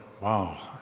wow